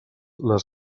les